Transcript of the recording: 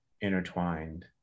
intertwined